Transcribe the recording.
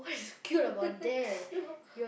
no